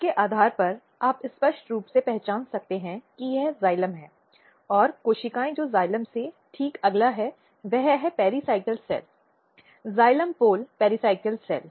उसके आधार पर आप स्पष्ट रूप से पहचान सकते हैं कि यह जाइलम है और कोशिका जो जाइलम के ठीक अगला है वह है pericycle cell xylem pole pericycle cell